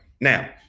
now